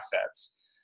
assets